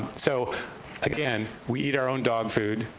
so again, we eat our own dog food.